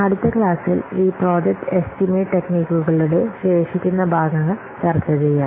അടുത്ത ക്ലാസ്സിൽ ഈ പ്രോജക്റ്റ് എസ്റ്റിമേറ്റ് ടെക്നിക്കുകളുടെ ശേഷിക്കുന്ന ഭാഗങ്ങൾ ചർച്ച ചെയ്യാം